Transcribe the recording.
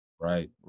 Right